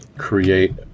create